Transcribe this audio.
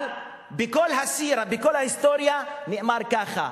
אבל בכל ההיסטוריה נאמר ככה: